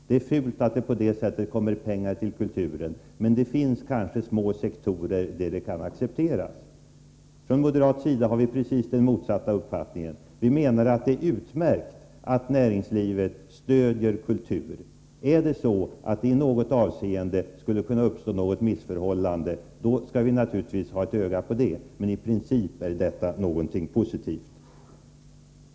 Det är fult att på det sättet skaffa pengar till kulturen, även om det finns små sektorer där det kan accepteras. Vi moderater har den precis motsatta uppfattningen. Vi anser att det är utmärkt att näringslivet stöder kulturen. Skulle det i något avseende uppstå ett missförhållande, skall vi ha ett öga på detta. Men i princip är sponsring något positivt.